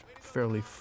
fairly